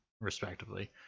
respectively